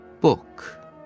book